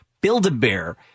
Build-a-bear